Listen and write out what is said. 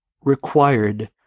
required